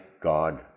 God